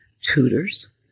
tutors